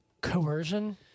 coercion